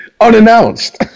Unannounced